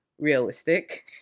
realistic